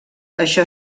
això